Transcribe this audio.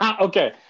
okay